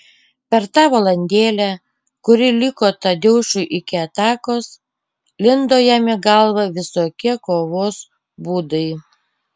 per tą valandėlę kuri liko tadeušui iki atakos lindo jam į galvą visokie kovos būdai